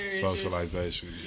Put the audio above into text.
socialization